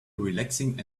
relaxing